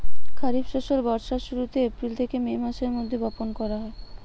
খরিফ ফসল বর্ষার শুরুতে, এপ্রিল থেকে মে মাসের মধ্যে বপন করা হয়